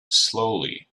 slowly